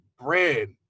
bread